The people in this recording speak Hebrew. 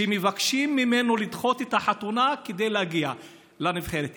שמבקשים ממנו לדחות את החתונה כדי להגיע לנבחרת.